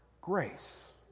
grace